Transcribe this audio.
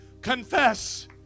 confess